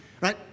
right